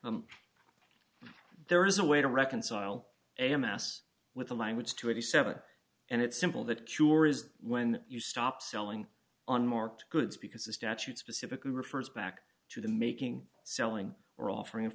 thanks there is a way to reconcile a mass with a language to eighty seven and it's simple that sure is when you stop selling unmarked goods because the statute specifically refers back to the making selling or offering